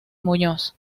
muñoz